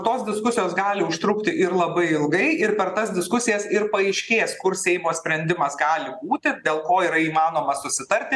tos diskusijos gali užtrukti ir labai ilgai ir per tas diskusijas ir paaiškės kur seimo sprendimas gali būti ir dėl ko yra įmanoma susitarti